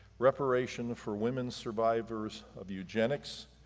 reparation for women survivors of eugenics,